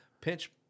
pinch